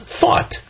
thought